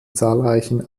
zahlreichen